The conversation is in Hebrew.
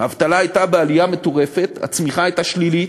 האבטלה הייתה בעלייה מטורפת, הצמיחה הייתה שלילית,